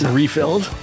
refilled